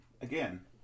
again